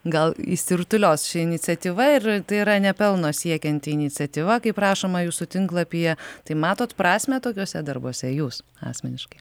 gal išsirutulios ši iniciatyva ir tai yra ne pelno siekianti iniciatyva kaip rašoma jūsų tinklapyje tai matot prasmę tokiuose darbuose jūs asmeniškai